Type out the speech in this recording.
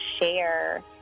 share